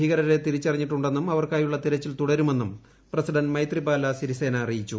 ഭീകരരെ തിരിച്ചറിഞ്ഞിട്ടുണ്ടെന്നും അവർക്കായുള്ള തെരച്ചിൽ തുടരുമെന്നും പ്രസിഡന്റ് മൈത്രിപാല സിരിസേന അറിയിച്ചു